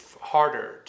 harder